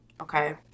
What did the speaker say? okay